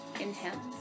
Inhale